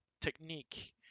technique